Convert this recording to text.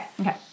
Okay